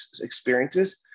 experiences